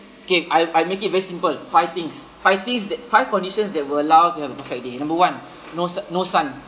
okay I I make it very simple five things five things tha~ five conditions that will allow to have a perfect day number one no so~ no son